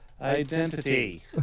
identity